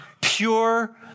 pure